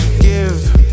give